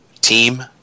team